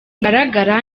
ngaragara